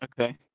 Okay